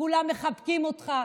כולם מחבקים אותך.